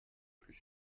plus